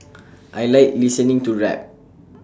I Like listening to rap